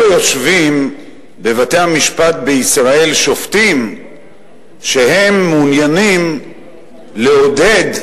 יושבים בבתי-המשפט בישראל שופטים שמעוניינים לעודד,